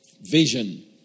vision